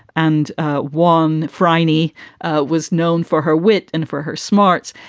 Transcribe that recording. and one franey was known for her wit and for her smarts.